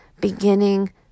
Beginning